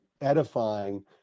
edifying